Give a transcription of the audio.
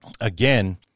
Again